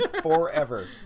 Forever